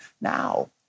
Now